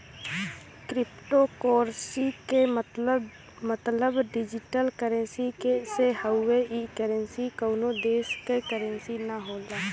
cryptocurrency क मतलब digital currency से हउवे ई करेंसी कउनो देश क करेंसी न होला